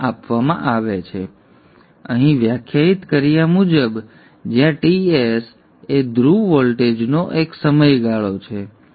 હવે અહીં વ્યાખ્યાયિત કર્યા મુજબ જ્યાં Ts એ ધ્રુવ વોલ્ટેજનો એક સમયગાળો છે